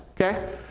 Okay